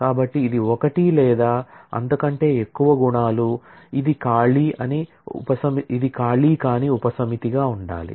కాబట్టి ఇది ఒకటి లేదా అంతకంటే ఎక్కువ అట్ట్రిబ్యూట్స్ ఇది ఖాళీ కాని ఉపసమితిగా ఉండాలి